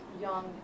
young